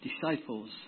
disciples